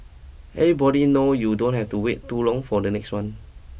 everybody knows you don't have to wait too long for the next one